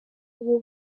uwo